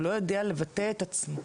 והוא לא יודע לבטא את עצמו,